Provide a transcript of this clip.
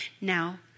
Now